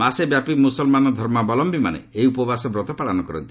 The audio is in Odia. ମାସେ ବ୍ୟାପି ମୁସଲମାନ ଭାଇଭଉଣୀମାନେ ଏହି ଉପବାସ ବ୍ରତ ପାଳନ କରନ୍ତି